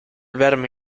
verme